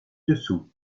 dessous